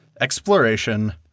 exploration